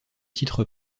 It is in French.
titre